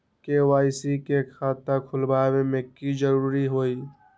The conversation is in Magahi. के.वाई.सी के खाता खुलवा में की जरूरी होई?